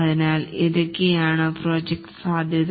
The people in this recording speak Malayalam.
അതിനാൽ ഇതൊക്കെയാണ് പ്രോജക്ട് സാധ്യത